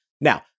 Now